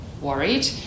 worried